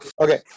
Okay